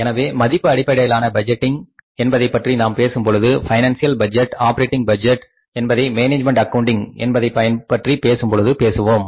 எனவே மதிப்பு அடிப்படையிலான பட்ஜெட்டிங் என்பதைப்பற்றி நாம் பேசும்பொழுது பைனான்சியல் பட்ஜெட் ஆப்பரேட்டிங் பட்ஜெட் என்பதை மேனேஜ்மெண்ட் அக்கவுண்டிங் என்பதைப் பற்றி பேசும் பொழுது பேசுவோம்